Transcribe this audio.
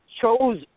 chose